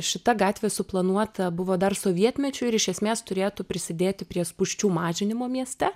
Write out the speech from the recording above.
šita gatvė suplanuota buvo dar sovietmečiu ir iš esmės turėtų prisidėti prie spūsčių mažinimo mieste